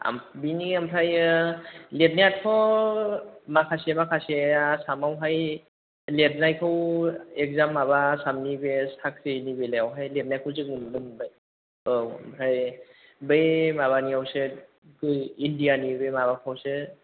बेनि ओमफ्राय लिरनायाथ' माखासे माखासे आसामावहाय लिरनायखौ एक्जाम माबा आसामनि बे साख्रिनि बेलायावहाय लिरनायखौ जोङो नुनो मोनबाय औ ओमफ्राय बे माबानियावसो इण्डियानि बे माबाफोरावसो